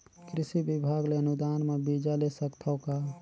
कृषि विभाग ले अनुदान म बीजा ले सकथव का?